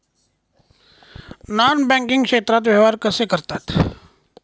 Non banking क्षेत्रात व्यवहार कसे करतात?